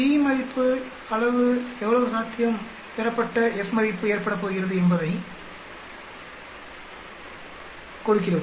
P மதிப்பு எவ்வளவு சாத்தியம் பெறப்பட்ட F மதிப்பு ஏற்படப்போகிறது என்பதைக் கொடுக்கிறது